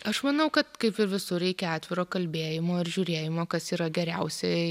aš manau kad kaip ir visur reikia atviro kalbėjimo ir žiūrėjimo kas yra geriausiai